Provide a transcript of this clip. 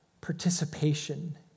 participation